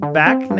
back